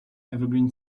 evergreen